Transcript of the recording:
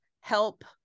help